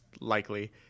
likely